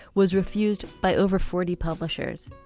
was refused by over forty publishers.